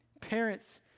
Parents